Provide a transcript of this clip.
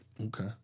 Okay